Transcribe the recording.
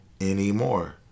anymore